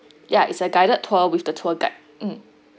ya it's a guided tour with the tour guide um